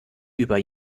über